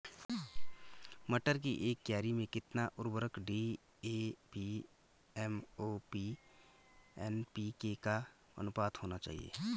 मटर की एक क्यारी में कितना उर्वरक डी.ए.पी एम.ओ.पी एन.पी.के का अनुपात होना चाहिए?